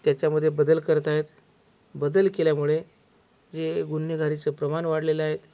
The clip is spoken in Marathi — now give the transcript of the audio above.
त्याच्यामध्ये बदल करत आहेत बदल केल्यामुळे जे गुन्हेगारीचं प्रमाण वाढलेलं आहेत